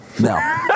No